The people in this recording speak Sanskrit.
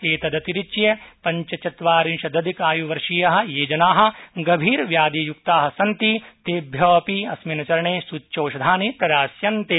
एतदतिरिच्य पञ्चचत्वारिंशदधिकायुवर्षीया ये जनागभीरव्याधियुक्ता सन्ति तेभ्य अपि अस्मिन् चरणे सूच्यौषधानि प्रदास्यन्ते